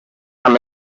amb